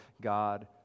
God